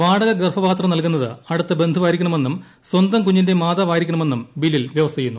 വാടക ഗർഭപാത്രം നൽകുന്നത് അടുത്ത ബന്ധുവായിക്കണമെന്നും സ്വന്തം കുഞ്ഞിന്റെ മാതാവായിരിക്കണമെന്നും ബില്ലിൽ വൃവസ്ഥ ചെയ്യുന്നു